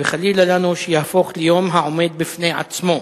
וחלילה לנו שיהפוך ליום העומד בפני עצמו,